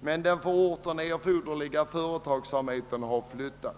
Den för orten erforderliga företagsamheten har emellertid flyttat.